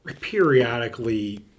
periodically